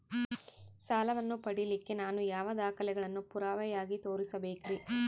ಸಾಲವನ್ನು ಪಡಿಲಿಕ್ಕೆ ನಾನು ಯಾವ ದಾಖಲೆಗಳನ್ನು ಪುರಾವೆಯಾಗಿ ತೋರಿಸಬೇಕ್ರಿ?